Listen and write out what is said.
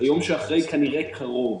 שהיום שאחרי כנראה קרוב.